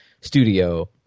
studio